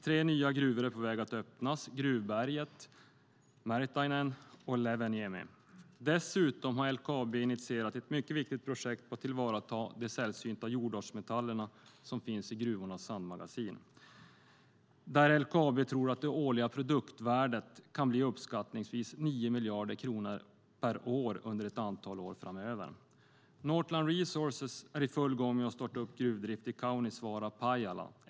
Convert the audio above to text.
Tre nya gruvor är på väg att öppnas: Gruvberget, Mertainen och Leveäniemi. Dessutom har LKAB initierat ett mycket viktigt projekt om att tillvarata de sällsynta jordartsmetaller som finns i gruvornas sandmagasin. LKAB tror att produktvärdet kan bli uppskattningsvis 9 miljarder kronor per år under ett antal år framöver. Northland Resources är i full gång med att starta upp gruvdrift i Kaunisvara, Pajala.